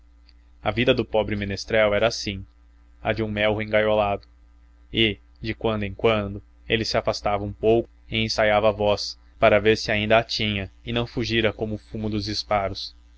a vida do pobre menestrel era assim de um melro engaiolado e de quando em quando ele se afastava um pouco e ensaiava a voz para ver se ainda a tinha e não fugira com o fumo dos disparos